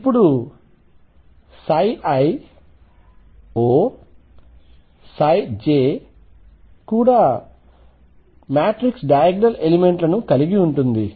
అప్పుడు ⟨iOj⟩ కూడా diagonal element లను కలిగి ఉంటుంది